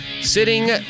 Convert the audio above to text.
sitting